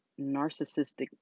narcissistic